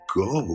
go